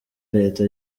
leta